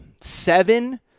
seven